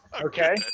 okay